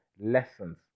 lessons